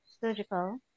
surgical